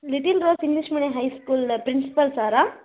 little rose English medium high స్కూల్లో principal సారా